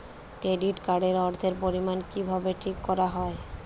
Credit card এর অর্থের পরিমান কিভাবে ঠিক করা হয়?